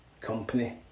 company